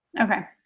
Okay